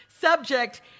Subject